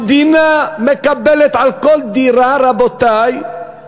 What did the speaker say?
המדינה מקבלת על כל דירה חדשה